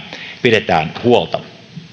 pidetään huolta